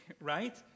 right